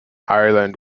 ireland